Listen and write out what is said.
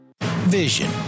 Vision